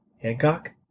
Hancock